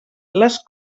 les